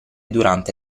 durante